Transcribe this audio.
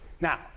Now